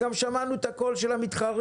וגם שמענו את הקול של המתחרים,